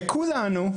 וכולנו,